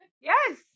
Yes